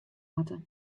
moatte